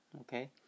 Okay